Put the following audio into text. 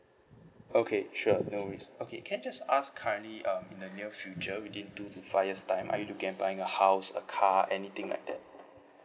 okay sure no worries can I just ask currently um in the near future within two to five years time are you looking at buying a house a car anything like that